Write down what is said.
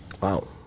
Wow